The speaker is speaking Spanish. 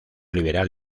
liberal